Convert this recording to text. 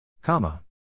Comma